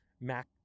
Mac